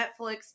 Netflix